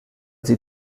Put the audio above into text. sie